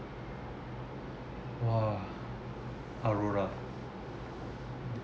!wah! aurora